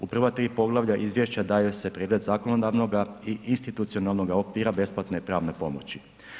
U prva 3 poglavlja izvješća daju se pregled zakonodavnoga i institucionalnog okvira besplatne pravne pomoći.